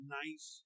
nice